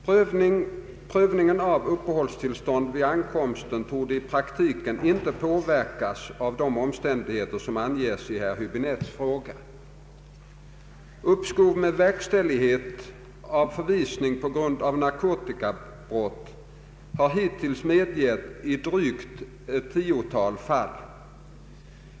Prövningen av uppehållstillstånd vid ankomsten torde i praktiken inte påverkas av de omständigheter som anges i herr Höbinettes fråga. Uppskov med verkställighet av förvisning på grund av narkotikabrott har hittills medgetts i drygt tiotalet fall.